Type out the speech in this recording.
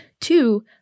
two